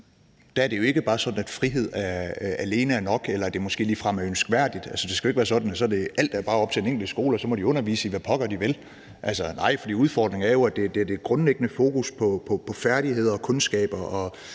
er det jo ikke bare sådan, at frihed alene er nok, eller at det måske ligefrem er ønskværdigt. Det skal jo ikke være sådan, at alt bare er op til den enkelte skole, og at så må de undervise i, hvad pokker de vil. Nej, for udfordringen er jo, at det grundlæggende fokus på færdigheder og kundskaber og